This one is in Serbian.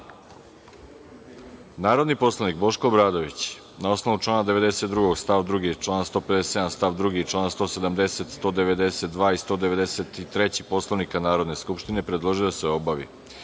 predlog. Narodni poslanik Boško Obradović na osnovu člana 92. stav 2. člana 157. stav 2, člana 170, 192. i 193. Poslovnika Narodne skupštine predložio je da se obavi